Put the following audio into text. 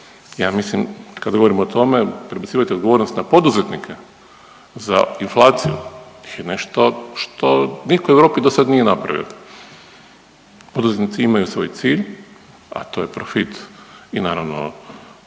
Ja mislim kada govorimo o tome prebacivati odgovornost na poduzetnike je nešto što nitko u Europi do sad nije napravio. Poduzetnici imaju svoj cilj, a to je profit i naravno prihod